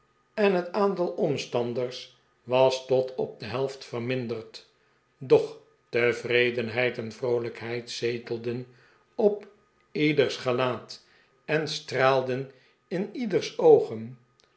en het aantal omstanders was tot op de helft verminderd doch tevredenheid en vroolijkheid zetelden op ieders gelaat en straalden in ieders oogen